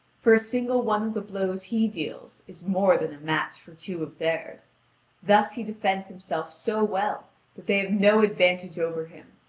for a single one of the blows he deals is more than a match for two of theirs thus he defends himself so well that they have no advantage over him,